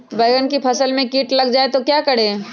बैंगन की फसल में कीट लग जाए तो क्या करें?